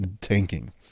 tanking